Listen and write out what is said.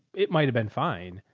it might've been fine,